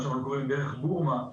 מה שאנחנו קוראים "דרך בורמה",